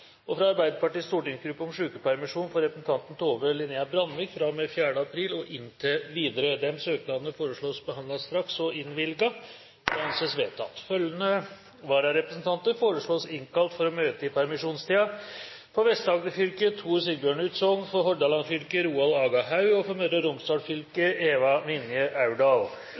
april fra Arbeiderpartiets stortingsgruppe om sykepermisjon for representanten Tove Linnea Brandvik fra og med 4. april og inntil videre Etter forslag fra presidenten ble enstemmig besluttet: Søknadene behandles straks og innvilges. Følgende vararepresentanter innkalles for å møte i permisjonstiden: For Vest-Agder fylke: Tor Sigbjørn UtsognFor Hordaland fylke: Roald Aga HaugFor Møre og Romsdal fylke: Eva Vinje Aurdal